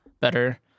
better